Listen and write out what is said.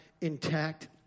intact